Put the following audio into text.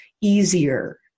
easier